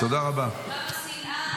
כמה שנאה.